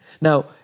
Now